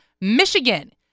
Michigan